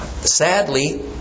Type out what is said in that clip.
Sadly